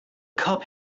cup